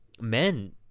men